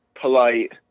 polite